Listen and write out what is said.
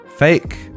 fake